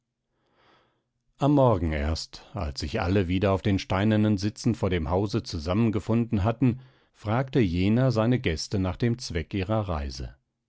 am morgen erst als sich alle wieder auf den steinernen sitzen vor dem hause zusammengefunden hatten fragte jener seine gäste nach dem zweck ihrer reise